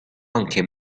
anche